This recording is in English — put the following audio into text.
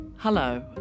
Hello